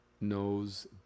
knows